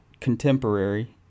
contemporary